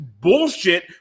bullshit